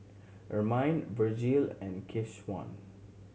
Ermine Vergil and Keshawn